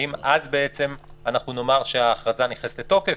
האם זה אנחנו נאמר שההכרזה נכנסת לתוקף?